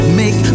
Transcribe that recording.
make